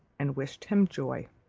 and wished him joy.